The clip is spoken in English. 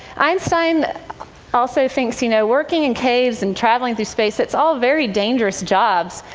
einstein also thinks, you know, working in caves and travelling through space it's all very dangerous jobs.